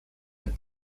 and